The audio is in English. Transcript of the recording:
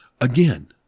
again